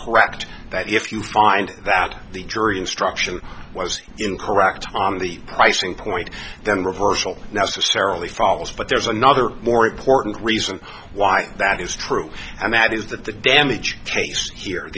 correct that yes you find that the jury instruction was incorrect on the pricing point then reversal necessarily follows but there's another more important reason why that is true and that is that the damage case here